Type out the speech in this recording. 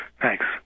Thanks